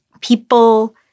people